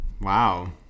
Wow